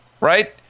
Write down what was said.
right